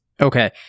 Okay